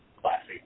Classy